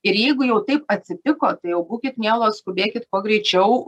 ir jeigu jau taip atsitiko tai jau būkit mielos skubėkit kuo greičiau